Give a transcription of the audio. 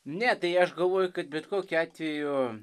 ne tai aš galvoju kad bet kokiu atveju